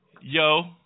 yo